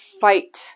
fight